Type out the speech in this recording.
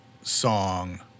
song